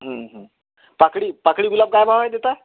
पाकळी पाकळी गुलाब काय भावाने देता